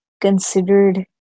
considered